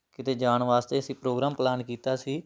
ਕਿਤੇ ਜਾਣ ਵਾਸਤੇ ਅਸੀਂ ਪ੍ਰੋਗਰਾਮ ਪਲਾਨ ਕੀਤਾ ਸੀ